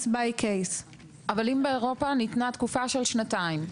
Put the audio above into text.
אבל אם באירופה ניתנה תקופה של שנתיים?